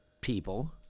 people